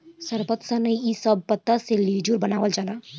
सरपत, सनई इ सब पत्ता से लेजुर बनावाल जाला